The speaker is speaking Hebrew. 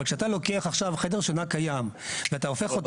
אבל כשאתה לוקח עכשיו חדש שינה קיים ואתה הופך אותו